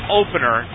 opener